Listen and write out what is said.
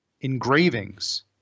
engravings